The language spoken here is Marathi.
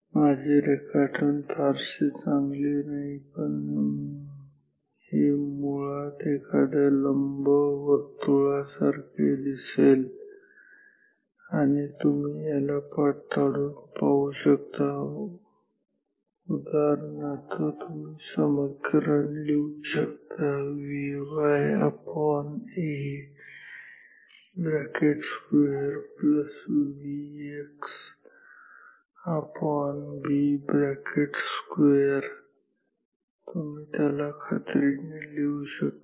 माझे रेखाटन फारसे चांगले नाही पण हे मुळात एखाद्या लंबवर्तुळ सारखे दिसेल आणि तुम्ही याला पडताळून पाहू शकता उदाहरणार्थ तुम्ही समीकरण लिहू शकता VyA2 VxB2 तुम्ही त्याला खात्रीने लिहू शकता